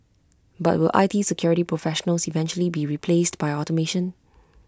but will I T security professionals eventually be replaced by automation